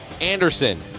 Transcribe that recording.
Anderson